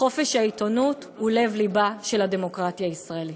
חופש העיתונות הוא לב-לבה של הדמוקרטיה הישראלית.